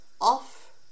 off